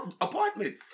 apartment